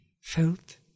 felt